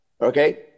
Okay